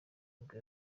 nibwo